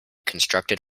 constructed